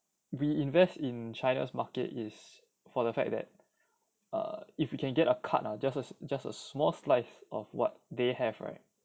we invest in china's market is for the fact that err if you can get a cut ah just a just a small slice of what they have right